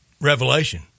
revelation